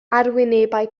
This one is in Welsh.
arwynebau